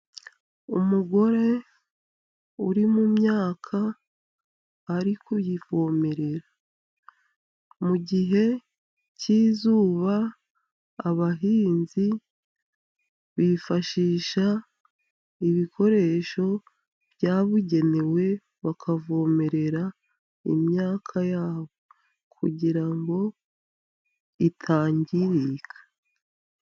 Umugore uri mu myaka ari kuyivomerera, mu gihe cy'izuba abahinzi bifashisha ibikoresho byabugenewe bakavomerera imyaka yabo kugira ngo itangirika.